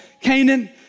Canaan